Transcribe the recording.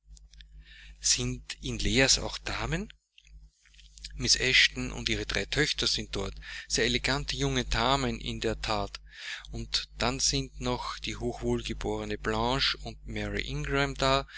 sind in leas auch damen mrs eshton und ihre drei töchter sind dort sehr elegante junge damen in der that und dann sind noch die hochwohlgeborene blanche und mary